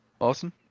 Awesome